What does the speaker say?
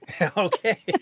Okay